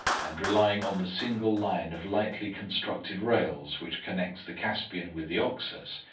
and relying on the single line of lightly constructed rails which connects the caspian with the oxus,